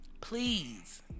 please